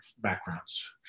backgrounds